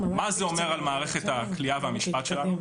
מה זה אומר על מערכת הכליאה והמשפט שלנו?